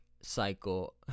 cycle